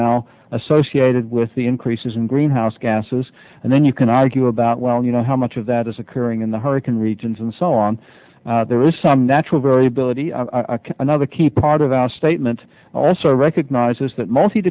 now associated with the increases in greenhouse gases and then you can argue about well you know how much of that is occurring in the hurrican regions and so on there is some natural variability another key part of the statement also recognises that m